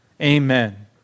Amen